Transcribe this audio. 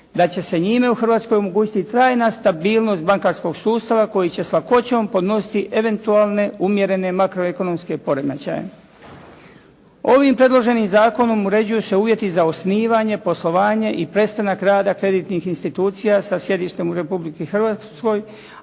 da će se njime u Hrvatskoj omogućiti trajna stabilnost bankarskog sustava koji će s lakoćom podnositi eventualne umjerene makroekonomske poremećaje. Ovim predloženim zakonom uređuju se uvjeti za osnivanje, poslovanje i prestanak rada kreditnih institucija sa sjedištem u Republici Hrvatskoj,